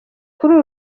kuri